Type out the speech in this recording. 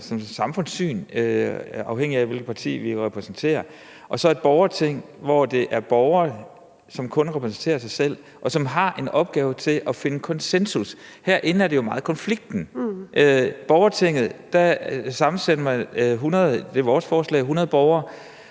samfundssyn, afhængigt af hvilket parti vi repræsenterer, eller om det er i et borgerting, hvor det er borgere, som kun repræsenterer sig selv, og som har en opgave med hensyn til at finde konsensus. Herinde handler det jo meget om konflikten. I det borgerting sammensætter man jo 100 borgere